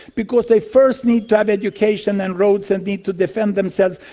because they first need to have education and roads and need to defend themselves,